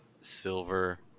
silver